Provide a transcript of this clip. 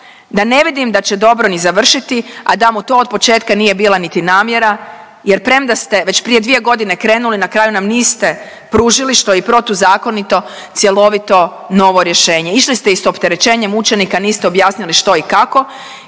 da ne vidim da će dobro ni završiti, a da mu to od početka nije bila niti namjera jer premda ste već prije dvije krenuli na kraju nam niste pružili što je i protuzakonito, cjelovito novo rješenje. Išli ste i s opterećenjem učenika, niste objasnili što i kako